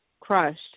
crushed